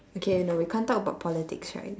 okay no we can't talk about politics right